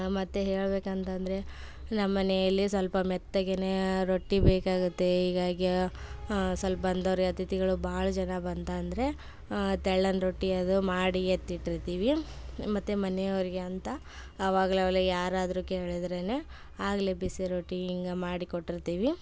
ಮತ್ತೆ ಹೇಳ್ಬೇಕು ಅಂತಂದರೆ ನಮ್ಮ ಮನೆಯಲ್ಲಿ ಸ್ವಲ್ಪ ಮೆತ್ತಗೆ ರೊಟ್ಟಿ ಬೇಕಾಗುತ್ತೆ ಹೀಗಾಗಿ ಸ್ವಲ್ಪ ಬಂದವ್ರು ಅತಿಥಿಗಳು ಭಾಳ ಜನ ಬಂತಂದರೆ ತೆಳ್ಳನೆ ರೊಟ್ಟಿ ಅದು ಮಾಡಿ ಎತ್ತಿಟ್ಟಿರ್ತೀವಿ ಮತ್ತು ಮನೆಯವರಿಗೆ ಅಂತ ಅವಾಗ್ಲೆ ಅವಾಗಲೆ ಯಾರಾದರು ಕೇಳಿದ್ರೆ ಆಗಲೇ ಬಿಸಿ ರೊಟ್ಟಿ ಹಿಂಗ ಮಾಡಿ ಕೊಟ್ಟಿರ್ತೀವಿ